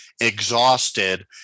exhausted